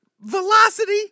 velocity